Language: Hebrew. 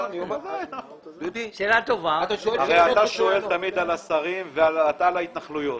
אתה שואל תמיד על השרים ואתה על ההתנחלויות.